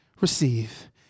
receive